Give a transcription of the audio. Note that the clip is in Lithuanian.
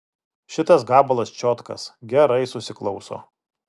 šitas gabalas čiotkas gerai susiklauso